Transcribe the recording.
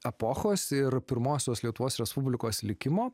epochos ir pirmosios lietuvos respublikos likimo